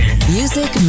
Music